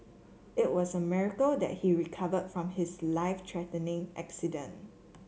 it was a miracle that he recovered from his life threatening accident